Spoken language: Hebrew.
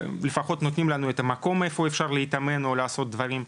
נותנים לנו את המקום לקיים אימונים ודברים שונים,